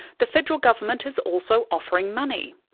the federal government is also offering money,